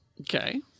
okay